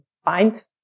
find